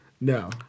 No